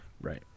Right